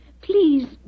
Please